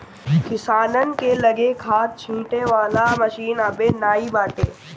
किसानन के लगे खाद छिंटे वाला मशीन अबे नाइ बाटे